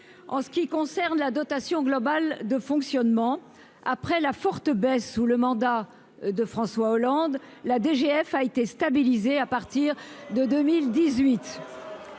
en ce qui concerne la dotation globale de fonctionnement après la forte baisse sous le mandat de François Hollande, la DGF a été stabilisé à partir de 2018.